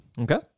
Okay